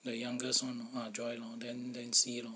the youngest [one] lor ah joy lor then then see lor